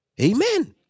Amen